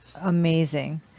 amazing